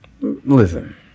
listen